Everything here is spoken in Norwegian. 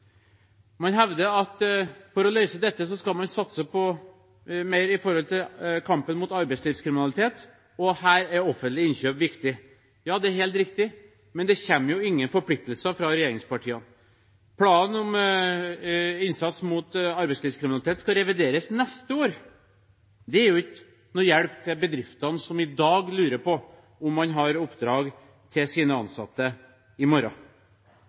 Man hevder at for å løse dette skal man satse mer i kampen mot arbeidslivskriminalitet, og her er offentlige innkjøp viktig. Ja, det er helt riktig, men det kommer jo ingen forpliktelser fra regjeringspartiene. Planen om innsats mot arbeidslivskriminalitet skal revideres neste år. Det er ikke noen hjelp til de bedriftene som i dag lurer på om man har oppdrag til sine ansatte i morgen.